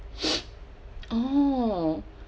oh